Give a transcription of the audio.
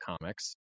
comics